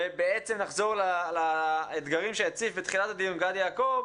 ובעצם נחזור לאתגרים שהציף בתחילת הדיון גד יעקב,